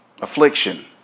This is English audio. affliction